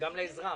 גם לאזרח?